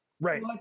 right